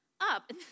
up